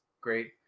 great